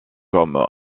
comme